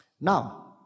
Now